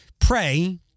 pray